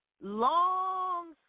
long